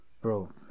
Bro